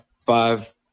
Five